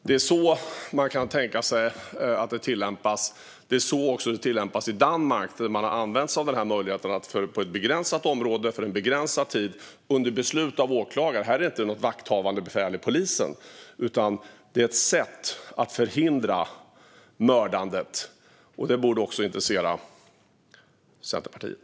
Det är på det sättet man kan tänka sig att det ska tillämpas. Det är också så det tillämpas i Danmark. Där har man möjligheten att visitera personer i ett begränsat område, under begränsad tid och på beslut av åklagare. Här är det inget vakthavande befäl hos polisen som beslutar. Detta är ett sätt att förhindra mördandet, och det borde också intressera Centerpartiet.